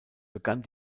begann